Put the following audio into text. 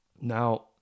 Now